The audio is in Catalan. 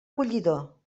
collidor